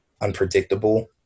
unpredictable